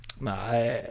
nah